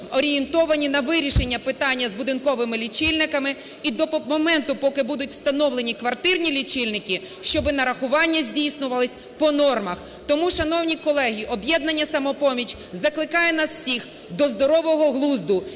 орієнтовані на вирішення питання з будинковими лічильниками, і до моменту, поки будуть встановлені квартирні лічильники, щоб нарахування здійснювались по нормах. Тому, шановні колеги, "Об'єднання "Самопоміч" закликає нас всіх до здорового глузду